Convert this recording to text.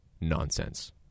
nonsense